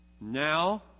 now